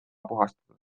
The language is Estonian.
puhastada